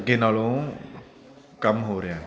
ਅੱਗੇ ਨਾਲੋਂ ਕੰਮ ਹੋ ਰਿਹਾ